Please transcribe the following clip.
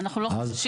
אנחנו לא חוששים.